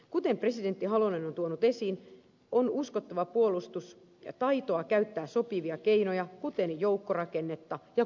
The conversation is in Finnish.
kuten presidentti halonen on tuonut esiin on uskottava puolustus taitoa käyttää sopivia keinoja kuten joukkorakennetta ja koulutusjärjestelmää